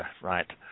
Right